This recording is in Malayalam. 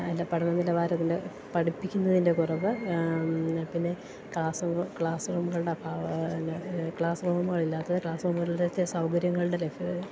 എല്ലാ പഠന നിലവാരത്തിൻ്റെ പഠിപ്പിക്കുന്നതിൻ്റെ കുറവ് പിന്നെ ക്ലാസ് റൂമ് ക്ലാസ് റൂമുകളുടെ അഭാവം എന്നാ ക്ലാസ് റൂമുകളില്ലാത്തത് ക്ലാസ് റൂമുകളുടെയൊക്ക് സൗകര്യങ്ങളുടെ ലഭ്യ